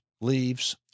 leaves